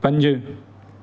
पंज